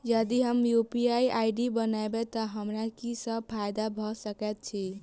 यदि हम UPI ID बनाबै तऽ हमरा की सब फायदा भऽ सकैत अछि?